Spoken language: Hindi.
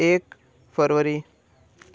एक फरवरी